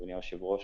אדוני היושב-ראש,